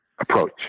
approach